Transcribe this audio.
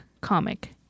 comic